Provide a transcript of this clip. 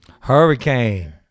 Hurricane